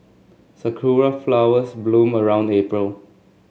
sakura flowers bloom around April